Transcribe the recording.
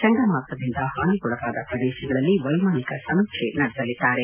ಚಂಡಮಾರುತದಿಂದ ಹಾನಿಗೊಳಗಾದ ಪ್ರದೇಶಗಳಲ್ಲಿ ವೈಮಾನಿಕ ಸಮೀಕ್ಷೆ ನಡೆಸಲಿದ್ದಾರೆ